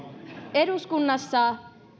eduskunnassa